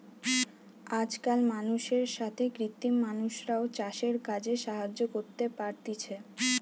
আজকাল মানুষের সাথে কৃত্রিম মানুষরাও চাষের কাজে সাহায্য করতে পারতিছে